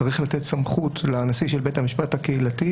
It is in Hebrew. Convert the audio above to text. צריך לתת סמכות לנשיא של בית המשפט הקהילתי,